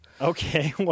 Okay